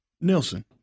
Nelson